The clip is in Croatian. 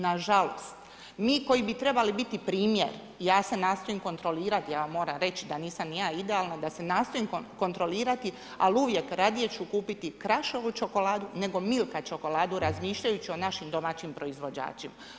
Nažalost mi koji bi trebali biti primjer, ja se nastojim kontrolirat, ja vam moram reći da nisam ni ja idealna, da se nastojim kontrolirati, ali uvijek radije ću kupiti Krašovu čokoladu, nego Milka čokoladu razmišljajući i o našim domaćim proizvođačima.